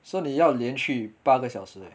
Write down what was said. so 你要连续八个小时 leh